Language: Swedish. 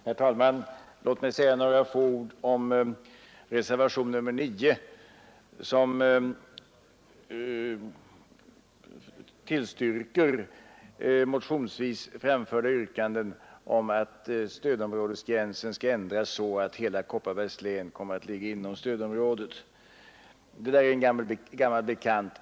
Herr talman! Låt mig säga några få ord om reservationen 9, som tillstyrker motionsvis framförda yrkanden om att stödområdesgränsen skall ändras så att hela Kopparbergs län kommer att ligga inom stödområdet. Detta är en gammal bekant.